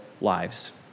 lives